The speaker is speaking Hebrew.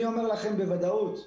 אני אומר לכם בוודאות,